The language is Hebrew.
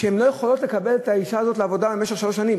הן לא יכולות לקבל את האישה הזאת לעבודה במשך שלוש שנים.